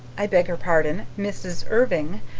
i beg her pardon, mrs. irving.